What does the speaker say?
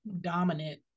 Dominant